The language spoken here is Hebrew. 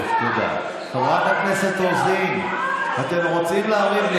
חברת הכנסת רוזין, אתם רוצים לריב?